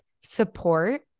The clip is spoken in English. support